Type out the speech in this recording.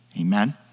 Amen